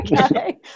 Okay